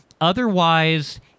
Otherwise